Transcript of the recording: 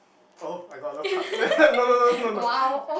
oh I got a love card no no no no no